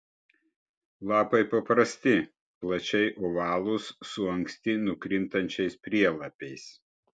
lapai paprasti plačiai ovalūs su anksti nukrintančiais prielapiais